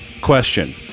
Question